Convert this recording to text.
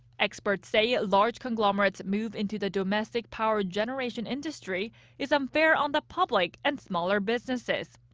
experts say large conglomerates' move into the domestic power generation industry is unfair on the public and smaller businesses.